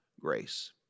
grace